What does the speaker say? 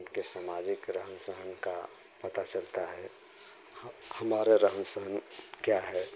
उनके समाजिक रहन सहन का पता चलता है ह हमारा रहन सहन क्या है